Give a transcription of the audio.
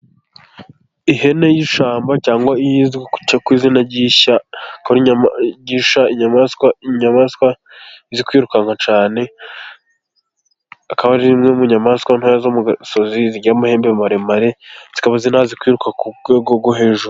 Ihene y'ishyamba cyangwa izwi ku izina ry'ishya. Ikaba ari inyamaswa izi kwiruka cyane, ikaba ari imwe mu nyamaswa nto zo mu gasozi zigira amahembe maremare. Zikaba zinazi kwiruka ku rwego rwo hejuru.